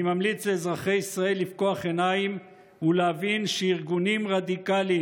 אני ממליץ לאזרחי ישראל לפקוח עיניים ולהבין שארגונים רדיקליים